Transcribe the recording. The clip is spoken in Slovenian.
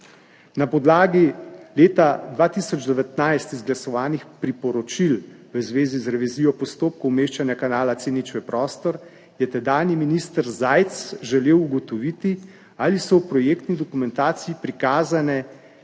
Na podlagi leta 2019 izglasovanih priporočil v zvezi z revizijo postopkov umeščanja kanala C0 v prostor je tedanji minister Zajc želel ugotoviti, ali so v projektni dokumentaciji prikazane